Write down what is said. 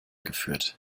geführt